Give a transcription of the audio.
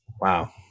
Wow